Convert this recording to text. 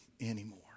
anymore